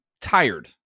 tired